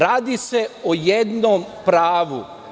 Radi se o jednom pravu.